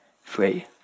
free